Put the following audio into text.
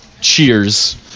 cheers